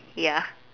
ya